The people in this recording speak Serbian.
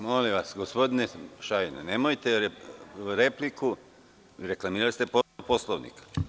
Molim vas gospodine Šajn, nemojte repliku, reklamirali ste Poslovnik.